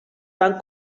van